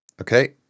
Okay